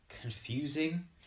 Confusing